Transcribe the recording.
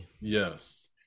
Yes